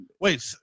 wait